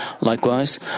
Likewise